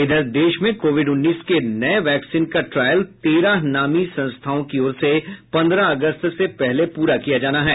इधर देश में कोविड उन्नीस के नये वैक्सीन का ट्रायल तेरह नामी संस्थाओं की ओर से पंद्रह अगस्त से पहले पूरा किया जाना है